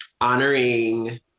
honoring